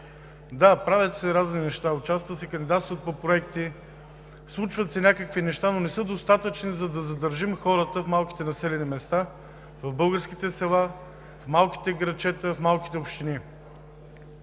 Да, правят се разни неща. Участва се, кандидатства се по проекти – случват се някакви неща, но не са достатъчни, за да задължим хората в българските села, в малките градчета, в малките общини.